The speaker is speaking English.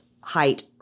height